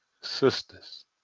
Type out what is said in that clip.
sisters